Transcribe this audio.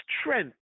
strength